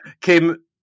Kim